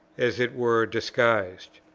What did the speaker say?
as it were disguised.